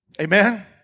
Amen